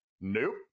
Nope